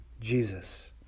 Jesus